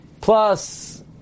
Plus